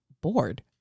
bored